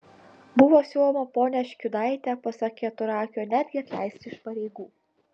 buvo siūloma ponią škiudaitę pasak keturakio netgi atleisti iš pareigų